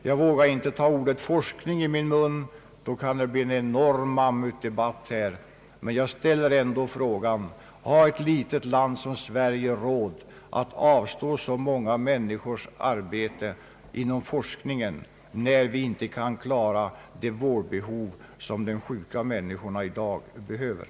Jag vågar knappast ta ordet forskning i min mun, ty då kan det bli en enorm mammutdebatt här, men jag ställer ändå frågan: Har ett litet land som Sverige råd att avstå så många människors arbete till forskningen, när vi inte kan klara det vårdbehov som de sjuka människorna i dag har?